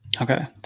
Okay